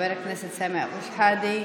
חבר הכנסת סמי אבו שחאדה,